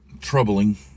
troubling